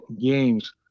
games